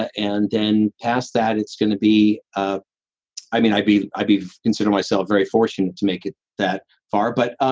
ah and then past that it's going to be, ah i mean i'd be, i'd consider myself very fortunate to make it that far but, um